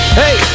hey